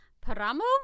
paramo